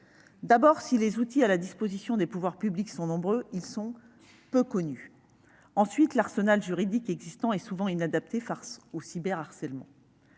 D'abord, si les outils à la disposition des pouvoirs publics sont nombreux, ils sont peu connus. Ensuite, l'arsenal juridique existant est souvent inadapté face au cyberharcèlement.